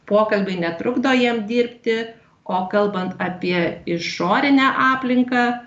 pokalbiai netrukdo jiem dirbti o kalbant apie išorinę aplinką